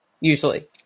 usually